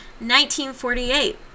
1948